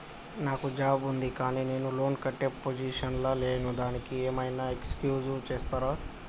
నాకు జాబ్ ఉంది కానీ నేను లోన్ కట్టే పొజిషన్ లా లేను దానికి ఏం ఐనా ఎక్స్క్యూజ్ చేస్తరా?